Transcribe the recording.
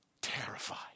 terrified